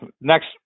next